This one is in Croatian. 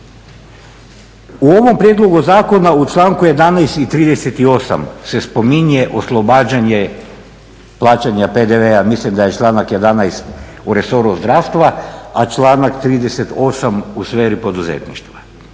U ovom prijedlogu zakona u članku 11. i 38. se spominje oslobađanje plaćanja PDV-a, mislim da je članak 11. u resoru zdravstva, a članak 38. u sferi poduzetništva.